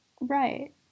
Right